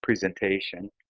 presentation